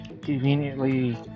conveniently